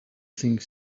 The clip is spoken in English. think